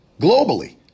globally